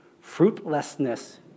Fruitlessness